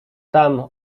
tam